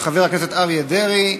של חבר הכנסת אריה דרעי.